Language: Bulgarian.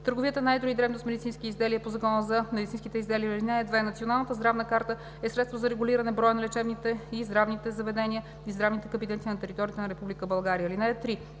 търговията на едро и дребно с медицински изделия по Закона за медицинските изделия. (2) Националната здравна карта е средство за регулиране броя на лечебните и здравните заведения и здравните кабинети на територията на